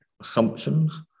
assumptions